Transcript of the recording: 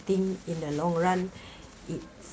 think in the long run it